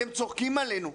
אתם צוחקים עלינו.